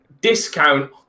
discount